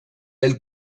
elle